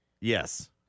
Yes